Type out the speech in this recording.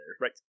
Right